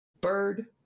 Bird